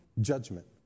judgment